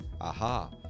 Aha